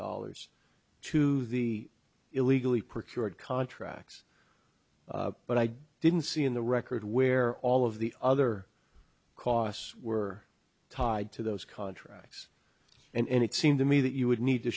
dollars to the illegally procured contracts but i didn't see in the record where all of the other costs were tied to those contracts and it seemed to me that you would need to